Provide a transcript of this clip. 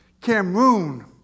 Cameroon